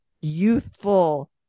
Youthful